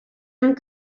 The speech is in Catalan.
amb